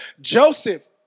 Joseph